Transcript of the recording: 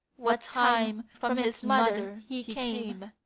what time from his mother he came,